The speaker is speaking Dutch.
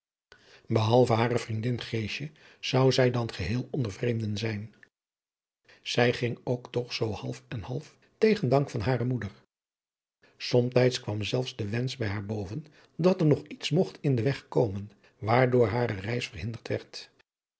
behalve hare vriendin geesje zou zij dan geheel onder vreemden zijn zij ging ook toch zoo half en half tegen dank van hare moeder somtijds kwam zelfs de wensch bij haar boven dat er nog iets mogt in den weg komen waardoor hare reis verhinderd werd